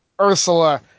ursula